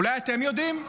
אולי אתם יודעים?